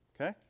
okay